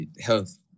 health